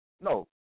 no